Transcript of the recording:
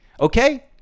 okay